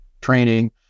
training